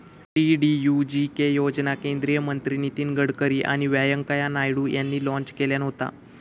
DDUGK योजना केंद्रीय मंत्री नितीन गडकरी आणि व्यंकय्या नायडू यांनी लॉन्च केल्यान होता